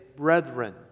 brethren